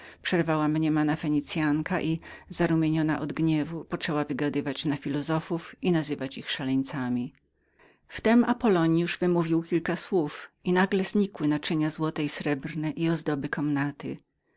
przerwała mniemana fenicyanka i zarumieniona od gniewu poczęła wygadywać na filozofów i nazywać ich szaleńcami gdy w tem apollonius wymówił kilka słów i nagle znikły naczynia złote i srebrne i ozdoby komnaty